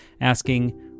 asking